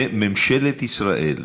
וממשלת ישראל,